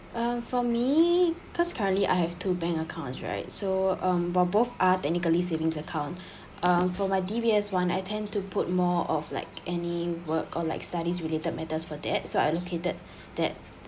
um for me because currently I have two bank accounts right so um where both are technically savings account uh for my D_B_S [one] I tend to put more of like any work or like studies related matters for that so I allocated that